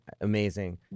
Amazing